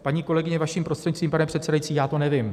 Paní kolegyně, vaším prostřednictvím, pane předsedající, já to nevím.